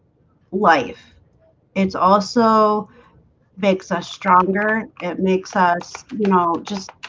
life it's also makes us stronger. it makes us you know, just